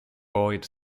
boyd